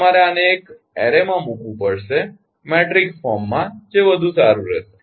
તેથી તમારે આને એક એરેમાં મૂકવું પડશે મેટ્રિક્સ ફોર્મમાં જે વધુ સારું રહેશે